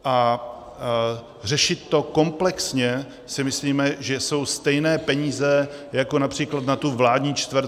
A řešit to komplexně, si myslíme, že jsou stejné peníze jako například na tu vládní čtvrť.